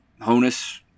Honus